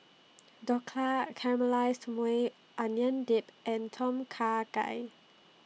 Dhokla Caramelized Maui Onion Dip and Tom Kha Gai